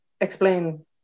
explain